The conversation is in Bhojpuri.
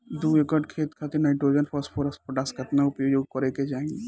दू एकड़ खेत खातिर नाइट्रोजन फास्फोरस पोटाश केतना उपयोग करे के चाहीं?